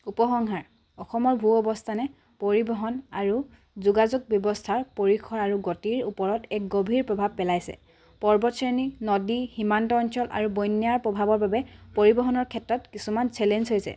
উপসংহাৰ অসমৰ ভূ অৱস্থানে পৰিবহণ আৰু যোগাযোগ ব্যৱস্থাৰ পৰিসৰ আৰু গতিৰ ওপৰত এক গভীৰ প্ৰভাৱ পেলাইছে পৰ্বতশ্ৰেণী নদী সীমান্ত অঞ্চল আৰু বন্যাৰ প্ৰভাৱৰ বাবে পৰিবহণৰ ক্ষেত্ৰত কিছুমান চেলেঞ্জ হৈছে